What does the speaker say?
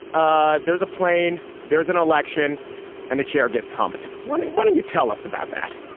ah there's a plane. there's an election and a chair gets humped. why why don't you tell us about that